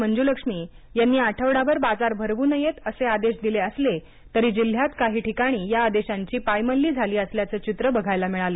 मंजुलक्ष्मी यांनी आठवडा बाजार भरवू नयेत असे आदेश दिले असले तरी जिल्ह्यात काही ठिकाणी या आदेशांची पायमल्ली झाली असल्याचं चित्र बघायला मिळालं